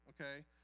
okay